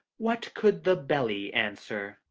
what could the belly answer?